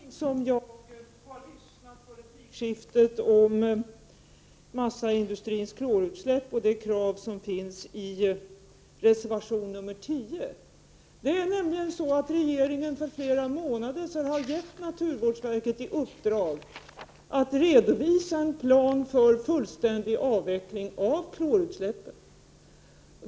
Herr talman! Det är med en viss förvåning som jag lyssnat på replikskiftet om massaindustrins klorutsläpp och det krav som finns i reservation 10. Det är nämligen så att regeringen för flera månader sedan gav naturvårdsverket i uppdrag att redovisa en plan för fullständig avveckling av klorutsläppen.